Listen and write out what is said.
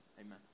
amen